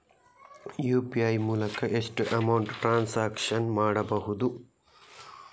UPI ಮೂಲಕ ಎಷ್ಟು amount transaction ಮಾಡಬಹುದು?